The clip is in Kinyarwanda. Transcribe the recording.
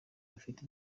bufite